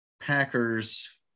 Packers